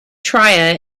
trier